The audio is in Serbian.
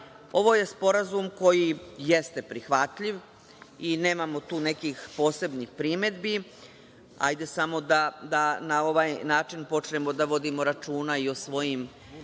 Ovo je sporazum koji jeste prihvatljiv i nemamo tu nekih posebnih primedbi, hajde samo da na ovaj način počnemo da vodimo računa i o svojim